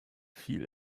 viel